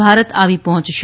ભારત આવી પહોંચશે